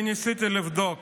אני ניסיתי לבדוק